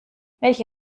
welche